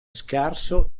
scarso